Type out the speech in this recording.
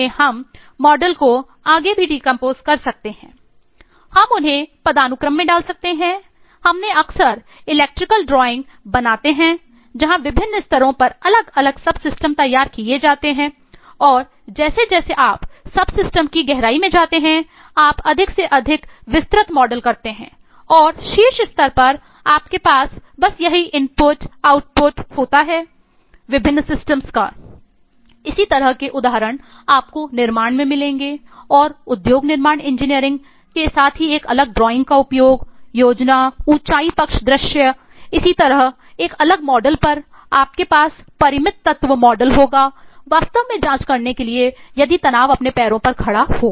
हम उन्हें पदानुक्रम में डाल सकते हैं हमने अक्सर इलेक्ट्रिकल ड्राइंग होगा वास्तव में जांच करने के लिए यदि तनाव अपने पैरों पर खड़ा होगा